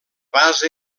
base